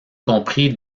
compris